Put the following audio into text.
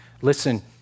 Listen